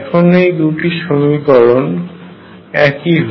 এখন এই দুটি সমীকরণ একই হয়